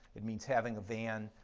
it means having a van,